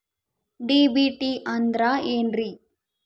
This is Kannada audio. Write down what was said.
ಡಿ.ಬಿ.ಟಿ ಅಂದ್ರ ಏನ್ರಿ?